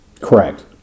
Correct